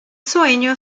sueño